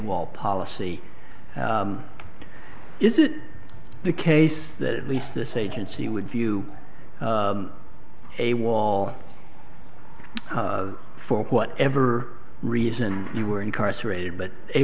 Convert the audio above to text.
well policy is it the case that at least this agency would view a wall for whatever reason you were incarcerated but a